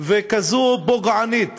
וכזו פוגענית